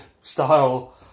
style